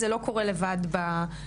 זה לא קורה לבד בממשלה.